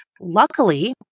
Luckily